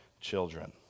children